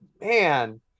man